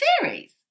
series